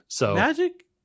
Magic